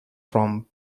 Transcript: from